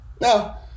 Now